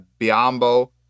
Biombo